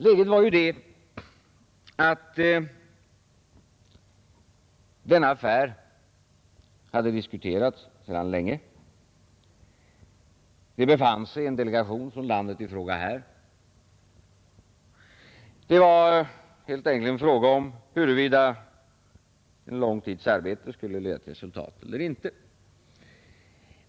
Läget var ju det att denna affär hade diskuterats sedan länge. En delegation från det berörda landet befann sig här. Det var helt enkelt en fråga om huruvida en lång tids arbete skulle leda till resultat eller inte.